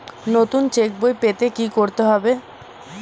নতুন চেক বই পেতে কী করতে হবে?